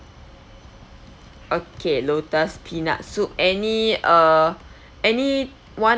okay lotus peanut soup any uh anyone